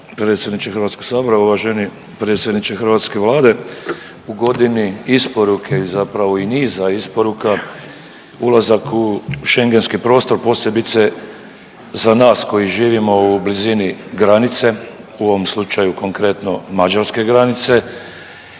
Hrvatskog sabora, uvaženi predsjedniče hrvatske Vlade. U godini isporuke zapravo i niza isporuka ulazak u Schengenski prostor posebice za nas koji živimo u blizinu granice, u ovom slučaju konkretno mađarske granice